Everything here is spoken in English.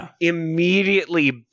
immediately